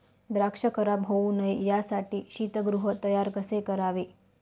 द्राक्ष खराब होऊ नये यासाठी शीतगृह तयार कसे करावे?